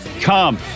Come